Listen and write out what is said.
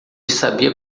sabia